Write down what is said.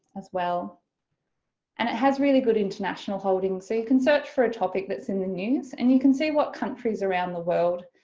as well and it has really good international holdings so you can search for a topic that's in the news and you can see what countries around the world